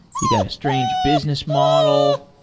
you got a strange business model.